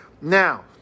Now